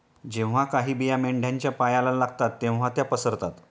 जेव्हा काही बिया मेंढ्यांच्या पायाला लागतात तेव्हा त्या पसरतात